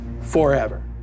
forever